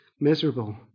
miserable